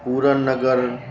Purannagar